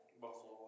Buffalo